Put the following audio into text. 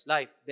Life